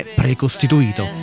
precostituito